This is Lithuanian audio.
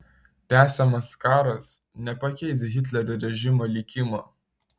tęsiamas karas nepakeis hitlerio režimo likimo